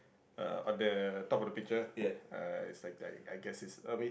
uh on the top of the picture uh is I I guess is uh I mean